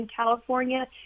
California